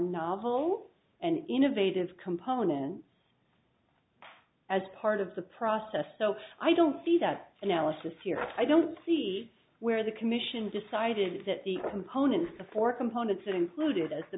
novel and innovative components as part of the process so i don't see that analysis here i don't see where the commission decided that the components the four components included as the